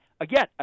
Again